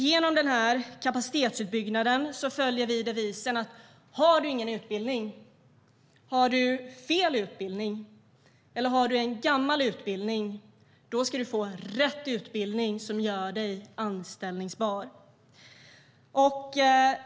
Genom denna kapacitetsutbyggnad följer vi devisen: Har du ingen utbildning, har du fel utbildning eller har du en gammal utbildning ska du få rätt utbildning som gör dig anställbar.